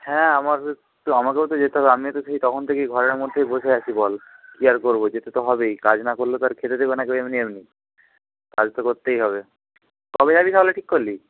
হ্যাঁ আমাদের তো আমাকেও তো যেতে হবে আমিও তো সেই তখন থেকেই ঘরের মধ্যেই বসে আছি বল কী আর করব যেতে তো হবেই কাজ না করলে তো আর খেতে দেবে না কেউ এমনি এমনি কাজ তো করতেই হবে কবে যাবি তাহলে ঠিক করলি